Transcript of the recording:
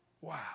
Wow